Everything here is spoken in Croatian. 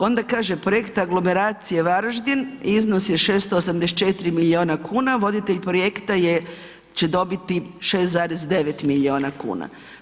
Onda kaže projekt aglomeracije Varaždin iznos je 684 miliona kuna, voditelj projekta je, će dobiti 6,9 miliona kuna.